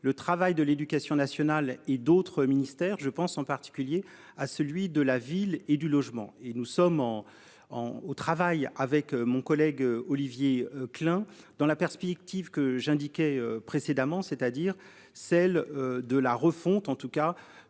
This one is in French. le travail de l'éducation nationale et d'autres ministères. Je pense en particulier à celui de la ville et du logement et nous sommes en en au travail avec mon collègue Olivier Klein dans la perspective que j'indiquais précédemment, c'est-à-dire celle de la refonte en tout cas